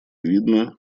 видно